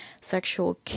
sexual